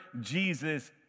Jesus